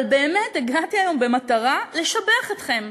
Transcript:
אבל באמת הגעתי היום במטרה לשבח אתכם.